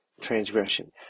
Transgression